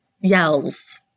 yells